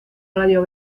radio